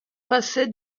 passait